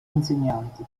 insegnanti